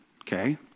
okay